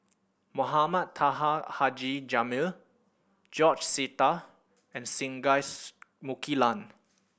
Mohamed Taha Haji Jamil George Sita and Singai Mukilan